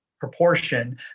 proportion